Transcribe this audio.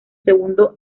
segundo